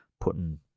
putting